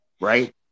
Right